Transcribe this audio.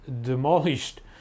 demolished